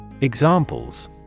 Examples